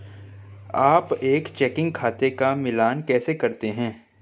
आप एक चेकिंग खाते का मिलान कैसे करते हैं?